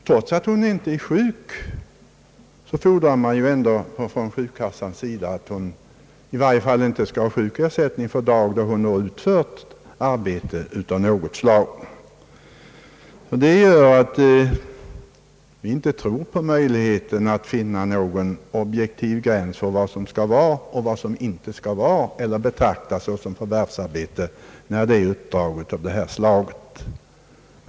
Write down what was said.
Trots att hon inte är sjuk fordrar man från sjukkassans sida ändå att hon i varje fall inte skall uppbära sjukersättning för dag då hon utfört arbete av något slag. Det gör att vi inte tror på möjligheten att finna någon objektiv gräns mellan vad som skall och vad som inte skall betraktas som förvärvsarbete när det gäller uppdrag av detta slag.